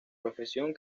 profesión